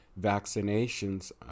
vaccinations